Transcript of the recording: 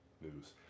News